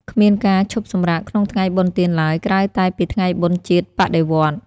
គ្មានការឈប់សម្រាកក្នុងថ្ងៃបុណ្យទានឡើយ ក្រៅតែពីថ្ងៃបុណ្យជាតិបដិវត្តន៍។